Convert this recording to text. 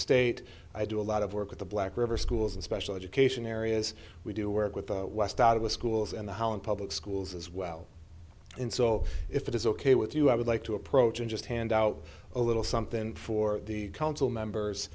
state i do a lot of work with the black river schools and special education areas we do work with the west out of the schools and the hall and public schools as well and so if it is ok with you i would like to approach and just hand out a little something for the council members